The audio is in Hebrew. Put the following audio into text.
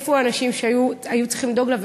איפה האנשים שהיו צריכים לדאוג לה?